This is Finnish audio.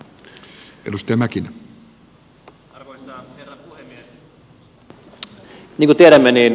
arvoisa herra puhemies